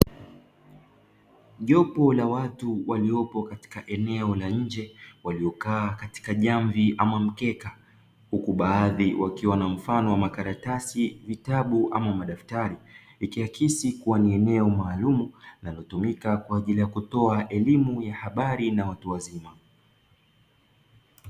Jopo la watu waliopo katika eneo la nje waliokaa katika jamvi ama mkeka huku baadhi wakiwa na mfano wa makaratasi, vitabu ama madaftari ikiakisi kuwa ni eneo maalumu linalotumika kwa ajili ya elimu ya habari na watu wazima.